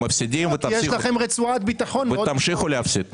ומפסידים, ותמשיכו להפסיד.